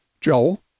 Joel